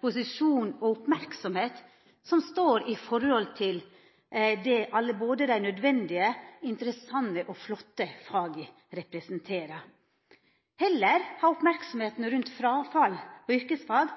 posisjon og ei merksemd som står i forhold til det som alle desse nødvendige, interessante og flotte faga representerer. Heller har merksemda om fråfall på yrkesfag